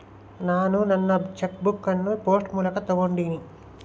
ನಾನು ನನ್ನ cheque book ಅನ್ನು ಪೋಸ್ಟ್ ಮೂಲಕ ತೊಗೊಂಡಿನಿ